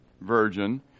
virgin